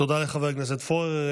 תודה לחבר הכנסת פורר.